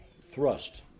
thrust